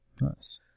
Nice